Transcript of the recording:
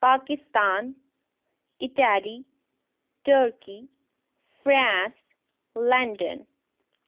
Pakistan Italy turkey France London